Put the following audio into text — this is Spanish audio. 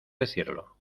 decirlo